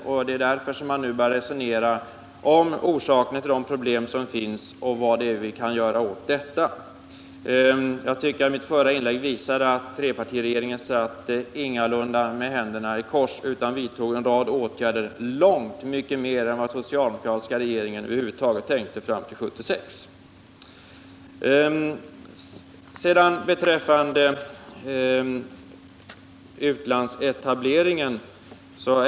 Vi bör nu börja resonera om orsakerna till de problem som finns och vad vi kan göra åt dem. Jag tycker att mitt förra inlägg visade att trepartiregeringen ingalunda satt med armarna i kors utan vidtog en rad åtgärder — långt mer än vad den socialdemokratiska regeringen över huvud taget tänkte göra fram till 1976.